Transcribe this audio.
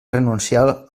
renunciar